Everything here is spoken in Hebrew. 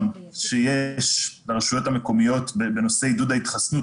שיש ברשויות המקומיות בנושא עידוד ההתחסנות,